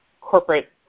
corporate